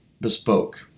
Bespoke